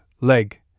leg